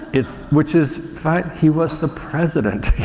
it's, which is fine he was the president,